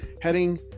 heading